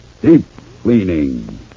Deep-cleaning